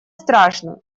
страшно